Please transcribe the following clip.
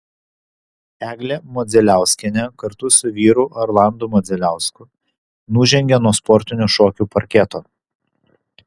eglė modzeliauskienė kartu su vyru arlandu modzeliausku nužengė nuo sportinių šokių parketo